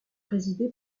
présidé